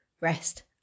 rest